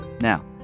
Now